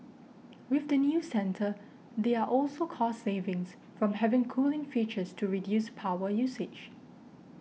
with the new centre there are also cost savings from having cooling features to reduce power usage